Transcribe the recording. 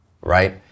right